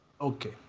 Okay